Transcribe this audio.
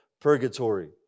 purgatory